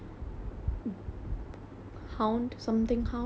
oh oh oh I know there's huskies